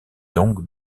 donc